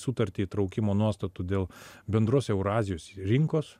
sutartį įtraukimo nuostatų dėl bendros eurazijos rinkos